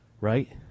Right